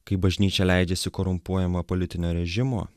kai bažnyčia leidžiasi korumpuojama politinio režimo